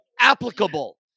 applicable